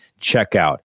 checkout